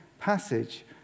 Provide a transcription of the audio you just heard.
passage